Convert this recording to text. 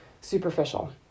superficial